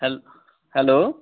hello